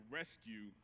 rescue